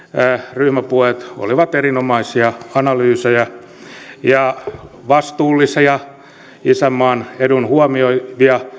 ryhmäpuheet olivat erinomaisia analyysejä ja vastuullisia isänmaan edun huomioivia